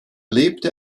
lebte